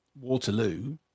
Waterloo